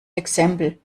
exempel